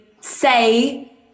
say